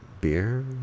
Beer